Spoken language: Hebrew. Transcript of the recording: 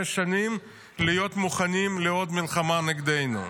שש שנים להיות מוכנים לעוד מלחמה נגדנו.